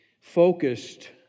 focused